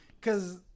cause